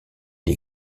les